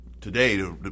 Today